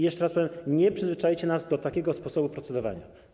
Jeszcze raz powiem: nie przyzwyczaicie nas do takiego sposobu procedowania.